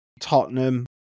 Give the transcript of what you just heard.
Tottenham